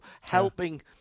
helping